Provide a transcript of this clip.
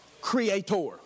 Creator